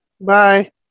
bye